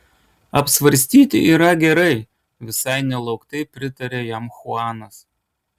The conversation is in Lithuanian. apsvarstyti yra gerai visai nelauktai pritarė jam chuanas